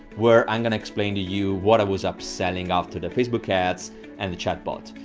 where i'm gonna explain to you what i was upselling after the facebook ads and the chat bot.